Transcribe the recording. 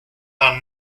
are